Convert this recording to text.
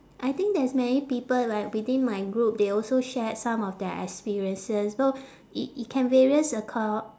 I think there's many people like within my group they also shared some of their experiences so i~ it can various acro~